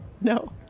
no